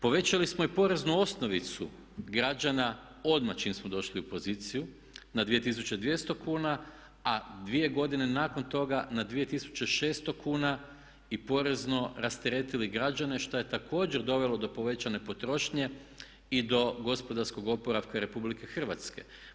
Povećali smo i poreznu osnovicu građana odmah čim smo došli u poziciju na 2200 kuna, a dvije godine nakon toga na 2600 kuna i porezno rasteretili građane šta je također dovelo do povećane potrošnje i do gospodarskog oporavka Republike Hrvatske.